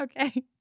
Okay